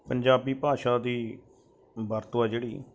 ਪੰਜਾਬੀ ਭਾਸ਼ਾ ਦੀ ਵਰਤੋਂ ਹੈ ਜਿਹੜੀ